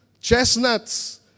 chestnuts